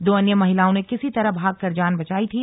दो अन्य महिलाओं ने किसी तरह भागकर जान बचाई थी